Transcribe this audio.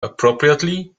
appropriately